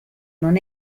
non